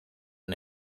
oso